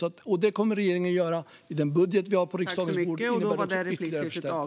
Regeringen kommer att hantera detta i den budget som ligger på riksdagens bord och som innebär ytterligare förstärkningar.